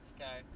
okay